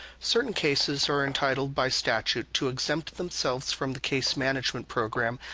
certain cases are entitled by statute to exempt themselves from the case management program,